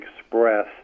express